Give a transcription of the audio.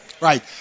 Right